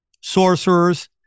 sorcerers